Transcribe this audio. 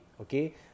okay